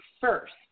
first